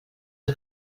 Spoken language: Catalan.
els